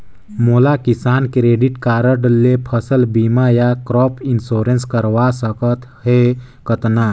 मोला किसान credit card ले फसल बीमा या क्रॉप इंश्योरेंस करवा सकथ हे कतना?